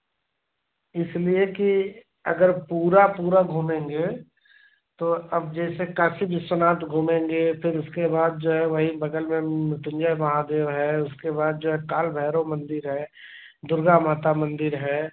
इसलिए कि अगर पूरा पूरा घूमेंगे तो अब जैसे काशी विश्वनाथ घूमेंगे फिर उसके बाद जो है वहीं बगल में मृत्युंजय महादेव है उसके बाद जो है काल भैरव मंदिर है दुर्गा माता मंदिर है